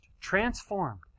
Transformed